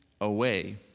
away